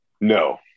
No